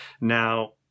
Now